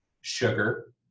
sugar